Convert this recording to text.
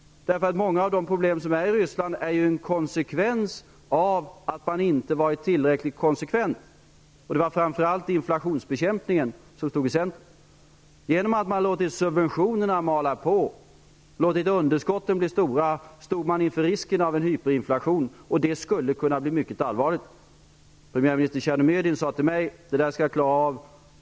Många av de problem som finns i Ryssland är en följd av att man inte varit tillräckligt konsekvent. Det var framför allt inflationsbekämpningen som stod i centrum. Man har låtit subventionerna mala på, låtit underskotten bli stora, och nu står man inför risken av en hyperinflation. Det skulle kunna bli mycket allvarligt. Premiärminister Tjernomyrdin sade till mig att de skulle klara av det.